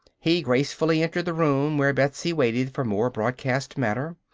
he gracefully entered the room where betsy waited for more broadcast matter.